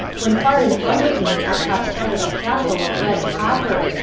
when far in front of me i caught sight of a castle of red copper,